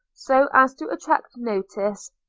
so as to attract notice,